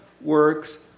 works